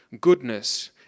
goodness